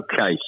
Okay